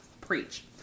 preach